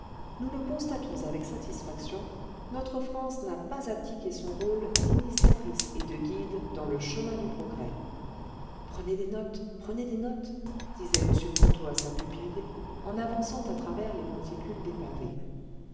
nous le constatons avec satisfaction notre france n'a pas abdiqué son rôle d'initiatrice et de guide dans le chemin du progrès prenez des notes prenez des notes disait m ponto à sa pupille en avançant à travers les monticules de pavés